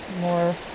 more